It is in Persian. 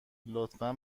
لطفا